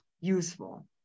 useful